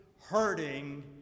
hurting